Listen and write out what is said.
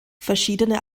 verschiedene